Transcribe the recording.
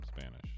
Spanish